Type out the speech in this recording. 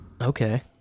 Okay